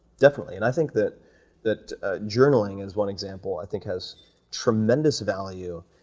definitely, and i think that that journaling is one example i think has tremendous value,